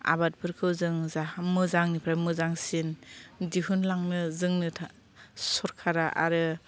आबादफोरखौ जों जाहो मोजांनिफ्राय मोजांसिन दिहुनलांनो जोंनो सरखारा आरो